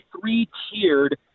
three-tiered